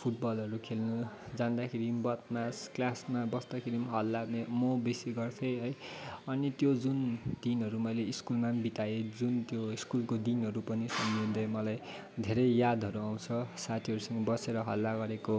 फुटबलहरू खेल्न जाँदाखेरि बदमास क्लासमा बस्दाखेरि पनि हल्ला म बेसी गर्थेँ है अनि त्यो जुन दिनहरू मैले स्कुलमा पनि बिताएँ जुन त्यो स्कुलको दिनहरू पनि सम्झिँदै मलाई धेरै यादहरू आउँछ साथीहरूसँग बसेर हल्ला गरेको